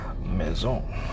Maison